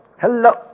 hello